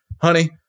honey